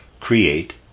create